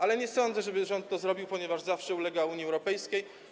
Ale nie sądzę, żeby rząd to zrobił, ponieważ zawsze ulega Unii Europejskiej.